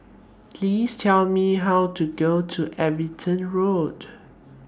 Please Tell Me How to Go to Everton Road